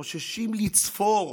חוששים לצפור,